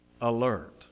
alert